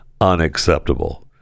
unacceptable